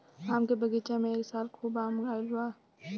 आम के बगीचा में ए साल खूब आम आईल बा